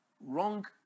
wrong